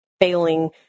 failing